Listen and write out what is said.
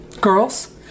Girls